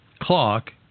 clock